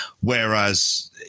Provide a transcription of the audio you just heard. Whereas